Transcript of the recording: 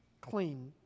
clean